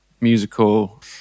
musical